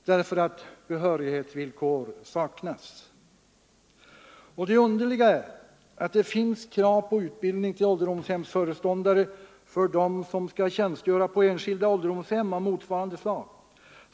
och detta har berott på att det inte har funnits några behörighetsvillkor. Och det underliga är att det finns krav på utbildningen för ålderdomshemsföreståndare när det gäller personer som skall tjänstgöra på enskilda ålderdomshem av motsvarande slag.